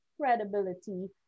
credibility